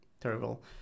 Terrible